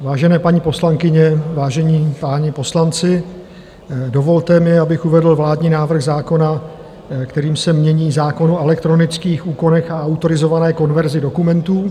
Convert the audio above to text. Vážené paní poslankyně, vážení páni poslanci, dovolte mi, abych uvedl vládní návrh zákona, kterým se mění zákon o elektronických úkonech a autorizované konverzi dokumentů.